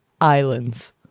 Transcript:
Islands